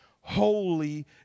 holy